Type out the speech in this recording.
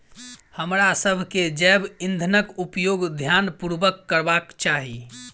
हमरासभ के जैव ईंधनक उपयोग ध्यान पूर्वक करबाक चाही